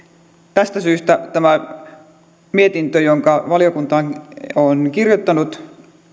tästä syystä tämä mietintö jonka valiokunta on on kirjoittanut